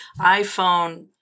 iPhone